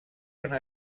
una